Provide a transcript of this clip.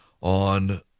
on